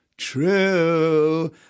True